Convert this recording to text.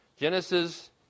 Genesis